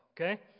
okay